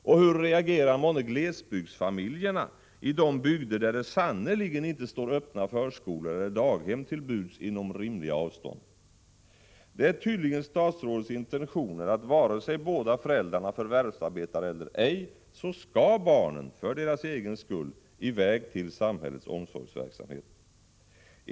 Och hur reagerar månne glesbygdsfamiljerna, i de bygder där det sannerligen inte 'står öppna förskolor eller daghem till buds inom rimliga avstånd? Det är tydligen statsrådets intention att vare sig båda föräldrarna förvärvsarbetar eller ej så skall barnen, för deras egen skull, i väg till samhällets omsorgsverksamhet.